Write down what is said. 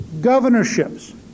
Governorships